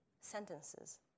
sentences